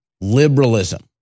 Liberalism